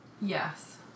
yes